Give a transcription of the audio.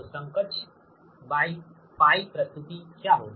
तो समकक्ष π प्रस्तुति क्या होगी